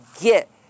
get